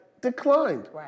declined